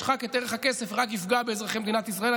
ישחק את ערך הכסף ורק יפגע באזרחי מדינת ישראל.